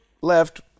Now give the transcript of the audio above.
left